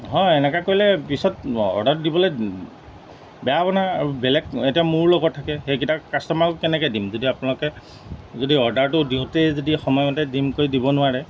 হয় এনেকৈ কৰিলে পিছত অৰ্ডাৰ দিবলৈ বেয়া হ'ব নহয় আৰু বেলেগ এতিয়া মোৰ লগত থাকে সেইকিটা কাষ্টমাৰ কেনেকৈ দিম যদি আপোনালোকে যদি অৰ্ডাৰটো দিওঁতে যদি সময়মতে দিম কৰি দিব নোৱাৰে